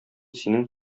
синең